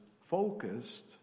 focused